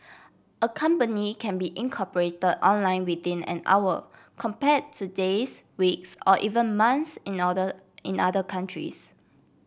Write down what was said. a company can be incorporate online within an hour compare to days weeks or even months in in other countries